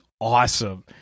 awesome